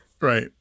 Right